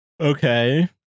Okay